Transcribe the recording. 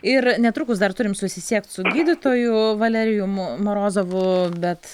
ir netrukus dar turim susisiekt su gydytoju valerijum morozovu bet